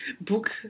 book